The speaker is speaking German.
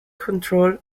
control